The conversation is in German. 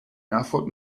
erfurt